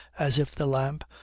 as if the lamp,